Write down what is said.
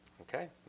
Okay